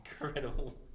Incredible